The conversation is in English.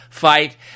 fight